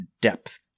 depth